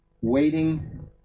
waiting